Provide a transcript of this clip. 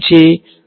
V